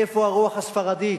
איפה הרוח הספרדית?